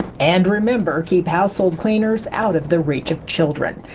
and remember keep household cleaners out of the reach of children,